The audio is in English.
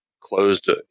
closed